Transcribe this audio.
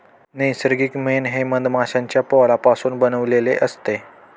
नैसर्गिक मेण हे मधमाश्यांच्या पोळापासून बनविलेले असते